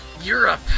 Europe